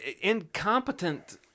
incompetent